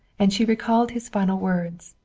and she recalled his final words,